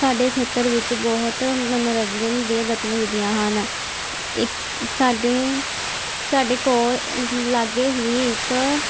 ਸਾਡੇ ਖੇਤਰ ਵਿੱਚ ਬਹੁਤ ਮਨੋਰੰਜਨ ਦੀਆਂ ਗਤੀਆਂ ਵਿਧੀਆਂ ਹਨ ਇੱਕ ਸਾਡੇ ਸਾਡੇ ਕੋਲ ਲਾਗੇ ਹੀ ਇੱਕ